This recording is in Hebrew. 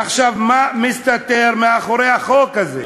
עכשיו, מה מסתתר מאחורי החוק הזה?